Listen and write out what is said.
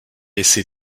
essaie